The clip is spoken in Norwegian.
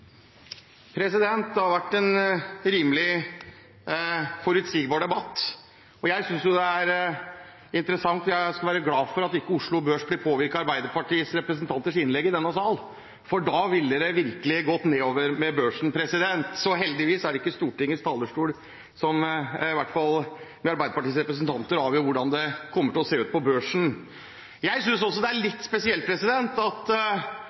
har vært en rimelig forutsigbar debatt, og jeg synes vi skal være glad for at ikke Oslo Børs blir påvirket av arbeiderpartirepresentanters innlegg i denne sal, for da ville det virkelig gått nedover med børsen. Så heldigvis er det ikke fra Stortingets talerstol – i hvert fall ikke fra Arbeiderpartiets representanter – det avgjøres hvordan det kommer til å se ut på børsen. Jeg synes også det er litt spesielt at